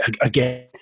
again